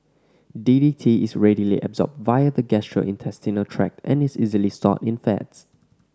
D D T is readily absorbed via the gastrointestinal tract and is easily stored in fats